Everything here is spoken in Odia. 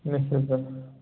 ନିଶ୍ଚିତ